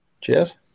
Cheers